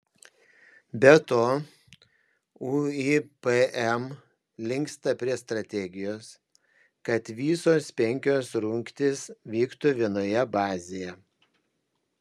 be to uipm linksta prie strategijos kad visos penkios rungtys vyktų vienoje bazėje